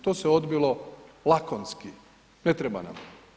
To se odbilo lakonski, ne treba nam.